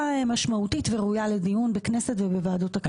משמעותית וראויה לדיון בכנסת ובוועדות הכנסת.